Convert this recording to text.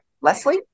Leslie